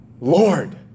Lord